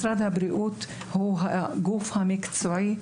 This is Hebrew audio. משרד הבריאות הוא הגוף המקצועי,